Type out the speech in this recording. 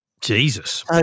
Jesus